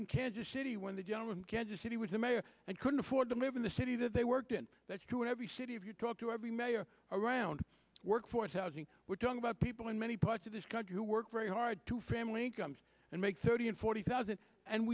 in kansas city when the gentleman in kansas city was a mayor and couldn't afford to live in the city that they worked and that's true in every city if you talk to every mayor around workforce housing we're talking about people in many parts of this country who work very hard to family incomes and make thirty and forty thousand and